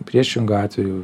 priešingu atveju